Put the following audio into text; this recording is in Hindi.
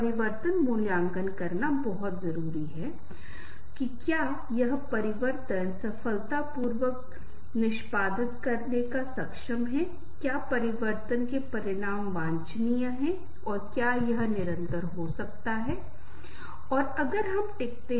तो यह है आप जानते हैं कि ये कुछ बहुत ही स्वाभाविक हैं जैसे कि हम बहुत करीब आते हैं और अगर व्यवहार और प्रकृति या भोजन की आदतें या पसंद और भाषा ये कारक हैं तो लोगों को एक साथ लाते हैं